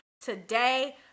today